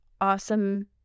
awesome